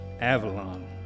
Avalon